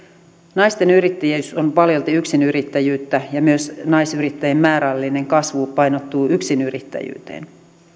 naisten yrittäjyys on paljolti yksinyrittäjyyttä ja myös naisyrittäjyyden määrällinen kasvu painottuu yksinyrittäjyyteen